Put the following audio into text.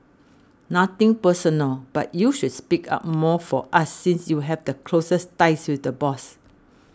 nothing personal but you should speak up more for us since you have the closest's ties with the boss